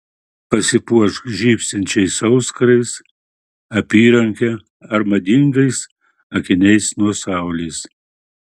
pasipuošk žybsinčiais auskarais apyranke ar madingais akiniais nuo saulės